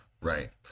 right